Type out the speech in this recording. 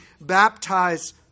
baptize